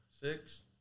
Six